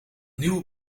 nieuwe